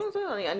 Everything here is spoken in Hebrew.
אני